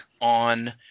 on